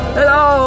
Hello